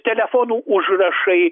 telefonų užrašai